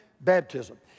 baptism